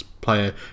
player